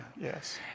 Yes